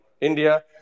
India